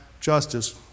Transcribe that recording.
justice